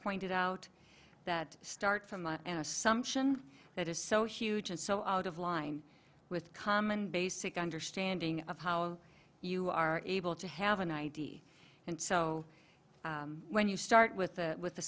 pointed out that start from an assumption that is so huge and so out of line with common basic understanding of how you are able to have an id and so when you start with the with